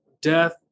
death